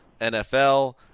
NFL